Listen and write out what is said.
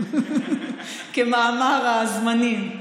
כמאמר הזמנים.